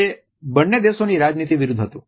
તે બંને દેશો ની રાજનીતિ વિરૂદ્ધ હતું